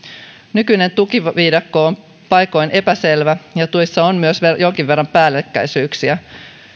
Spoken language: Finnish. nykyinen tukiviidakko on paikoin epäselvä ja tuissa on myös jonkin verran päällekkäisyyksiä